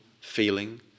feeling